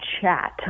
chat